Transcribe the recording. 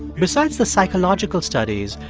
besides the psychological studies,